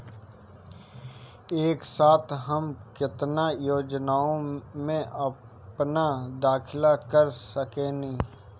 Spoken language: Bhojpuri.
एक साथ हम केतना योजनाओ में अपना दाखिला कर सकेनी?